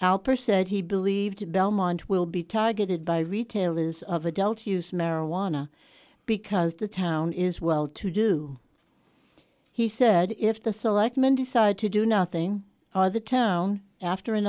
alper said he believed belmont will be targeted by retailers of adult use marijuana because the town is well to do he said if the selectmen decide to do nothing are the town after an